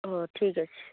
ଓ ଠିକ୍ଅଛି